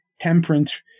temperance